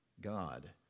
God